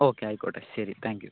okay ആയിക്കോട്ടെ ശരി thank you